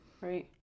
Right